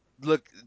look